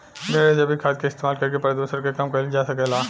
ढेरे जैविक खाद के इस्तमाल करके प्रदुषण के कम कईल जा सकेला